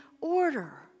order